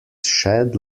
shed